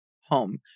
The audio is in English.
home